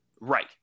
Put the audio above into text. Right